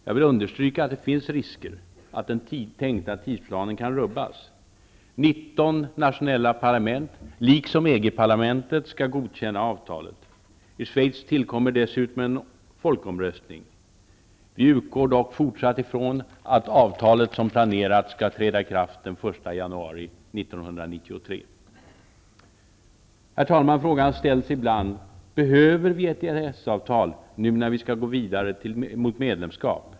Jag vill understryka att det finns risker för att den tänkta tidsplanen kan rubbas. 19 nationella parlament liksom EG-parlamentet skall godkänna avtalet. I Schweiz tillkommer dessutom en folkomröstning. Vi utgår dock från att avtalet som planerat skall träda i kraft den 1 januari 1993. Herr talman! Frågan ställs ibland om vi behöver ett EES-avtal nu när vi skall gå vidare mot medlemskap.